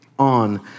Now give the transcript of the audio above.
On